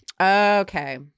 okay